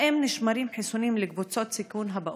4. האם נשמרים חיסונים לקבוצות הסיכון הבאות?